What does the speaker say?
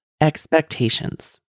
expectations